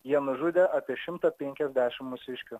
jie nužudė apie šimtą penkiasdešim mūsiškių